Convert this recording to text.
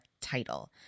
title